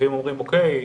לפעמים אומרים או.קיי.,